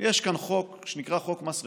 יש כאן חוק שנקרא חוק מס רכוש,